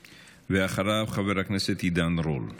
אחריו, חבר הכנסת עידן רול.